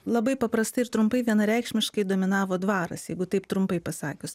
labai paprastai ir trumpai vienareikšmiškai dominavo dvaras jeigu taip trumpai pasakius